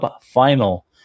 final